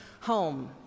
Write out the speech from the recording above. home